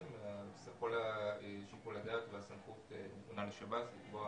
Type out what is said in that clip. בסך הכול שיקול הדעת והסמכות נתונה לשב"ס לקבוע